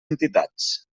entitats